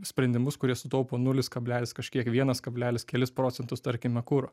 sprendimus kurie sutaupo nulis kablelis kažkiek vienas kablelis kelis procentus tarkime kuro